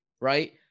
right